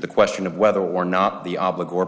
the question of whether or not the